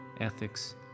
ethics